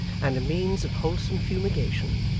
and a means of wholesome fumigation,